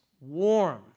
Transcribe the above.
warm